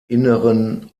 inneren